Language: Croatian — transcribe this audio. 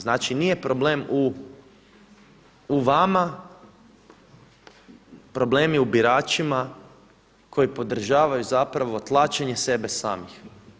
Znači nije problem u vama, problem je u biračima koji podržavaju zapravo tlačenje sebe samih.